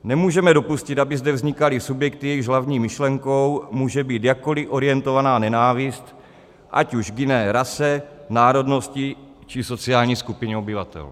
Nemůžeme dopustit, aby zde vznikaly subjekty, jejichž hlavní myšlenkou může být jakkoliv orientovaná nenávist, ať už k jiné rase, národnosti, či sociální skupině obyvatel.